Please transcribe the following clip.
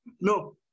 No